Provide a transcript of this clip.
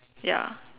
ya